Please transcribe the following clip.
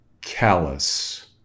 callous